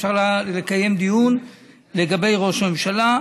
אפשר לקיים דיון לגבי ראש הממשלה,